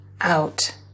out